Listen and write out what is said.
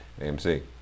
AMC